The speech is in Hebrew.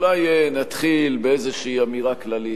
אולי נתחיל באיזה אמירה כללית,